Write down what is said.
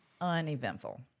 uneventful